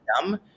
dumb